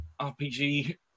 RPG